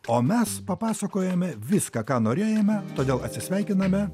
o mes papasakojome viską ką norėjome todėl atsisveikiname